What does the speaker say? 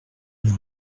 mes